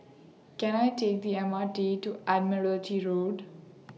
Can I Take The M R T to Admiralty Road